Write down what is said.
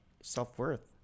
self-worth